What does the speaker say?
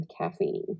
caffeine